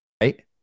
Right